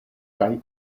kaj